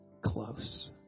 close